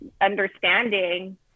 understanding